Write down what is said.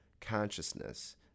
consciousness